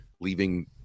leaving